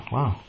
Wow